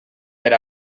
per